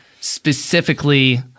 specifically